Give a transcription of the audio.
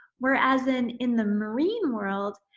whereas, in in the marine world,